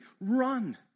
Run